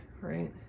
right